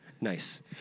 Nice